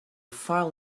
file